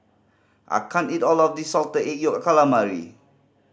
I can't eat all of this Salted Egg Yolk Calamari